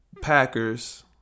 Packers